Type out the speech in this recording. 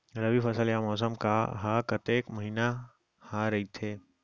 रबि फसल या मौसम हा कतेक महिना हा रहिथे?